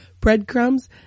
breadcrumbs